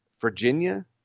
Virginia